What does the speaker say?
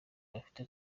bafite